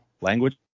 language